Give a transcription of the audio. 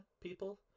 people